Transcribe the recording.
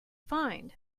find